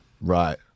right